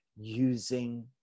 using